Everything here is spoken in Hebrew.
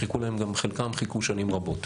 חלקם חיכו שנים רבות.